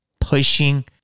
pushing